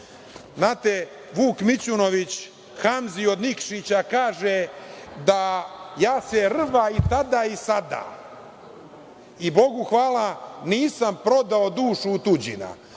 Vuk Mićunović Hamzi od Nikšića kaže – ja se rva i tada i sada, i Bogu hvala nisam prodao dušu u tuđina.